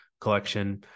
collection